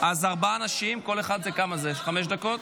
ארבעה אנשים, כל אחד חמש דקות.